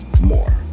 more